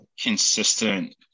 consistent